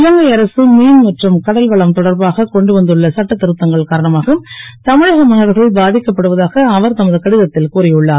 இலங்கை அரசு மீன் மற்றும் கடல்வளம் தொடர்பாக கொண்டு வந்துள்ள சட்ட ருத்தங்கள் காரணமாக தமிழக மீனவர்கள் பா க்கப்படுவதாக அவர் தமது கடிதத் ல் கூறி உள்ளார்